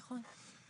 נכון.